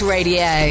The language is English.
Radio